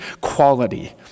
quality